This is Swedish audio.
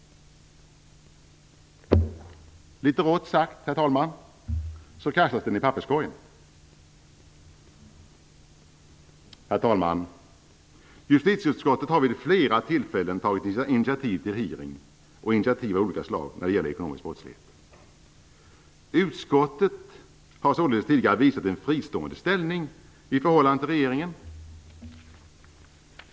Litet rått sagt, herr talman, så kastas den i papperskorgen. Herr talman! Justitieutskottet har vid flera tillfällen tagit initiativ till hearing och andra initiativ av olika slag när det gäller ekonomisk brottslighet. Utskottet har således tidigare visat en fristående ställning i förhållande till regeringen.